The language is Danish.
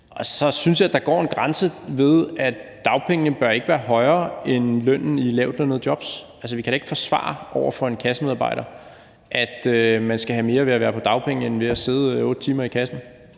Jeg synes, at der går den grænse, at dagpengesatsen ikke bør være højere end lønnen i et lavtlønnet jobs. Vi kan da ikke forsvare over for en kassemedarbejder, at man kan få mere ved at være på dagpenge end ved at sidde 8 timer ved kassen.